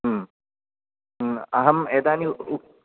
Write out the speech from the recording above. अहम् एतानि उक्